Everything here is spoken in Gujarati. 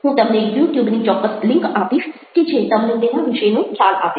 હું તમને યુટ્યુબ ની ચોક્કસ લિન્ક આપીશ કે જે તમને તેના વિશેનો ખ્યાલ આપે